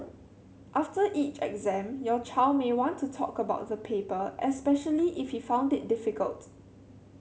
after each exam your child may want to talk about the paper especially if he found it difficult